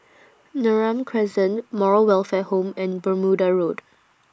Neram Crescent Moral Welfare Home and Bermuda Road